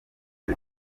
ico